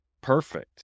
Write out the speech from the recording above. Perfect